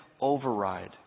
override